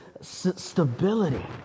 stability